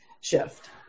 shift